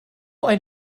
ein